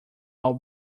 will